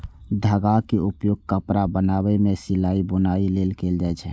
धागाक उपयोग कपड़ा बनाबै मे सिलाइ, बुनाइ लेल कैल जाए छै